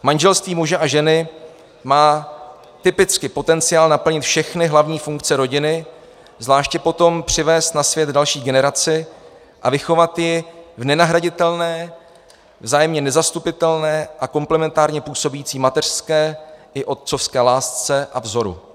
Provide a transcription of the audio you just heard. Manželství muže a ženy má typicky potenciál naplnit všechny hlavní funkce rodiny, zvláště potom přivést na svět další generaci a vychovat ji v nenahraditelné, vzájemně nezastupitelné a komplementárně působící mateřské i otcovské lásce a vzoru.